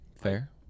Fair